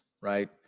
right